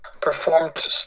performed